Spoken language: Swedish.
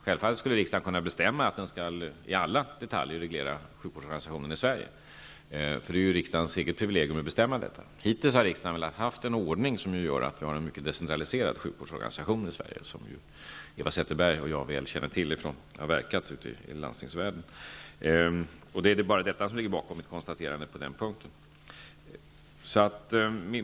Självfallet skulle riksdagen kunna bestämma att den skall i alla detaljer reglera sjukvårdsorganisationen i Sverige. Det är riksdagens eget privilegium att bestämma detta. Hittills har riksdagen velat ha en ordning som innebär att vi har en mycket decentraliserad sjukvårdsorganisation i Sverige. Det känner Eva Zetterberg och jag väl till efter att ha verkat i landstingsvärlden. Det är bara detta som ligger bakom mitt konstaterande på den punkten.